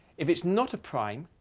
if it's not a prime,